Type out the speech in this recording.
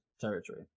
territory